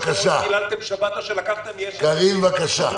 --- חיללתם שבת או שלקחתם מיש עתיד --- קארין בבקשה.